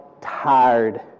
tired